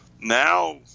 now